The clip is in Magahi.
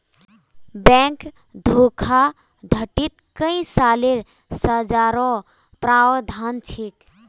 बैंक धोखाधडीत कई सालेर सज़ारो प्रावधान छेक